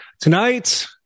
Tonight